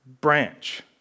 branch